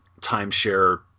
timeshare